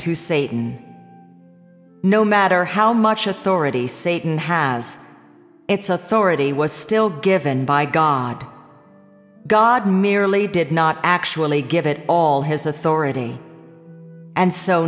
to satan no matter how much authority satan has its authority was still given by god god merely did not actually give it all his a